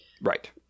right